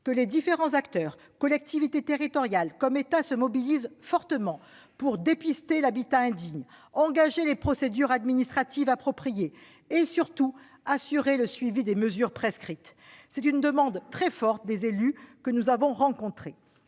que les différents acteurs, collectivités territoriales comme État, se mobilisent fortement pour dépister l'habitat indigne, engager les procédures administratives appropriées et, surtout, assurer le suivi des mesures prescrites. Il s'agit d'une demande très forte des élus que nous avons rencontrés.